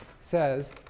says